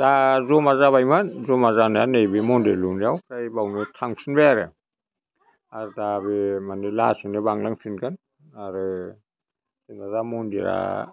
दा ज'मा जाबायमोन ज'मा जानाया नैबे मन्दिर लुनायाव फ्राय बावनो थांफिनबाय आरो आरो दाबो माने लासैनो बांलांफिनगोन आरो जेन'बा मन्दिरा